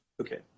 okay